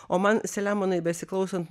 o man selemonai besiklausant